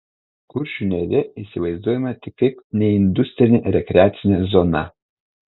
kuršių nerija įsivaizduojama tik kaip neindustrinė rekreacinė zona